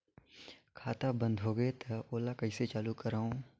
खाता बन्द होगे है ओला कइसे चालू करवाओ?